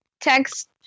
text